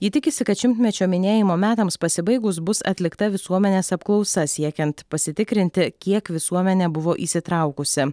ji tikisi kad šimtmečio minėjimo metams pasibaigus bus atlikta visuomenės apklausa siekiant pasitikrinti kiek visuomenė buvo įsitraukusi